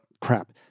crap